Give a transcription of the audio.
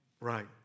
Right